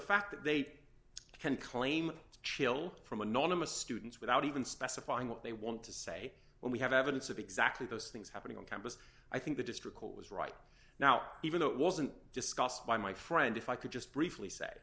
fact that they can claim chil from anonymous students without even specifying what they want to say when we have evidence of exactly those things happening on campus i think the district court was right now even though it wasn't discussed by my friend if i could just briefly say